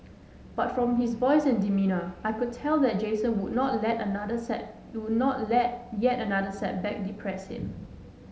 but from his voice and demeanour I could tell that Jason would not let yet another set would not let yet another setback depress him